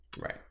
Right